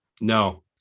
No